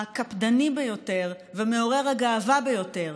הקפדני ביותר ומעורר הגאווה ביותר